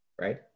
Right